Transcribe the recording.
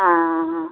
आं आं आं